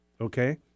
Okay